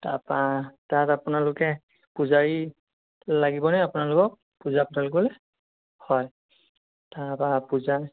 তাৰপৰা তাত আপোনালোকে পূজাৰী লাগিবনে আপোনালোকক পূজা পাতল কৰিবলৈ হয় তাৰপৰা পূজা